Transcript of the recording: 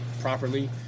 properly